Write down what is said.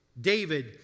David